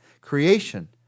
Creation